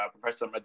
Professor